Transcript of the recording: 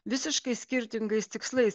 visiškai skirtingais tikslais